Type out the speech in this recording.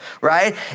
right